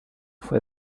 fue